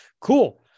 Cool